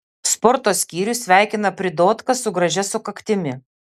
sporto skyrius sveikina pridotką su gražia sukaktimi